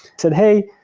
said, hey,